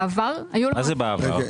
מה זה בעבר?